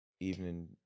evening